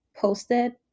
posted